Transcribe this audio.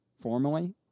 formally